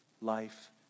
life